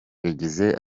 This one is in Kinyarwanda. yagize